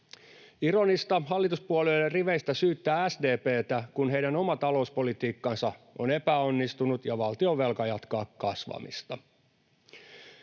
ironista hallituspuolueiden riveistä syyttää SDP:tä, kun heidän oma talouspolitiikkansa on epäonnistunut ja valtionvelka jatkaa kasvamista.